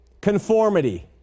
conformity